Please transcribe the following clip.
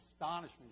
astonishment